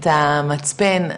את המצפן,